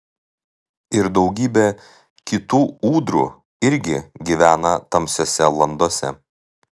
ir daugybė kitų ūdrų irgi gyvena tamsiose landose